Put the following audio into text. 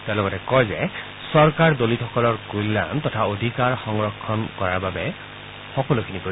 তেওঁ লগতে কয় যে চৰকাৰ দলিতসকলৰ কল্যাণ তথা অধিকাৰ সংৰক্ষণ কৰাৰ বাবে সকলো কৰিব